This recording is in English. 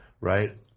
right